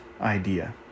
idea